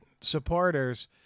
supporters